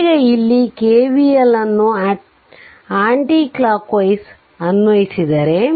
ಈಗ ಇಲ್ಲಿ KVL ಅನ್ನು ಆಂಟಿಕ್ಲಾಕ್ ವೈಸ್ ಅನ್ವಯಿಸಿದರೆ